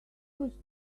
was